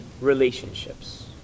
relationships